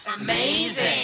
Amazing